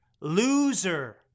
Loser